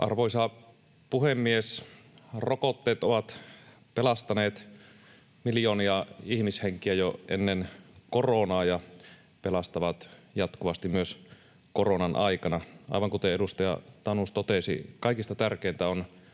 Arvoisa puhemies! Rokotteet ovat pelastaneet miljoonia ihmishenkiä jo ennen koronaa ja pelastavat jatkuvasti myös koronan aikana. Aivan kuten edustaja Tanus totesi, kaikista tärkeintä on